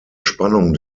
spannung